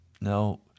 Now